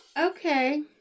Okay